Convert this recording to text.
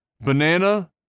banana